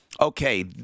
okay